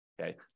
Okay